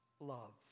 Love